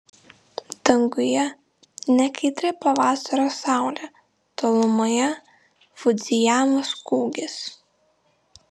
danguje nekaitri pavasario saulė tolumoje fudzijamos kūgis